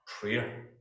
prayer